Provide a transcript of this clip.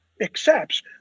accepts